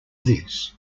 this